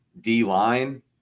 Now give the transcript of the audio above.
D-line